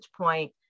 point